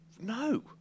no